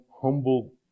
humble